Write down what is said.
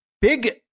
Big